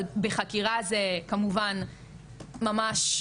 אבל בחקירה זה כמובן ממש,